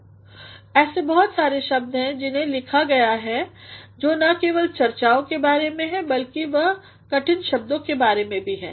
क्योंकि ऐसे बहुत सारे शब्द हैं जिन्हें लिखा गया है जो ना केवल चर्चाओं के बारे में है बल्कि वह कठिन शब्दों के बारे में भी है